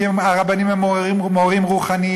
כי הרבנים הם מורים רוחניים,